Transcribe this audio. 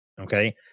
okay